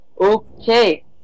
Okay